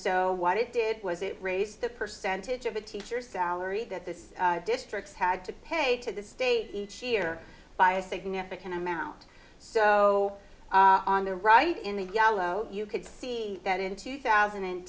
so what it did was it raised the percentage of a teacher's salary that this districts had to pay to the state each year by a significant amount so on the right in the gallo you could see that in two thousand and